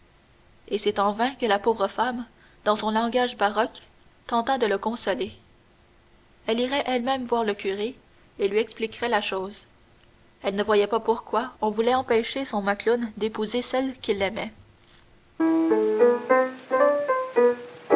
et c'est en vain que la pauvre femme dans son langage baroque tenta de le consoler elle irait elle-même voir le curé et lui expliquerait la chose elle ne voyait pas pourquoi on voulait empêcher son macloune d'épouser celle qu'il aimait